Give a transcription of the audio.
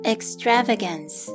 Extravagance